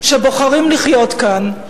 שבוחרים לחיות כאן,